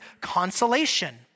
consolation